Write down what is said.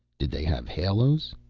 did they have halos?